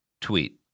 tweet